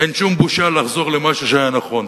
אין שום בושה לחזור למשהו שהיה נכון.